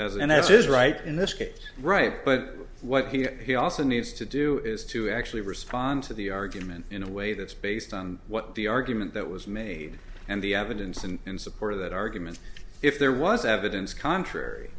that's is right in this case right but what he also needs to do is to actually respond to the argument in a way that's based on what the argument that was made and the evidence and in support of that argument if there was evidence contrary